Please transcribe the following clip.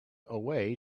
away